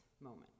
moment